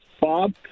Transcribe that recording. Bob